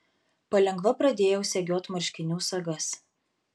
palengva pradėjau segiot marškinių sagas